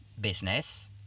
business